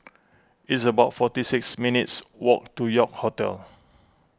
it's about forty six minutes' walk to York Hotel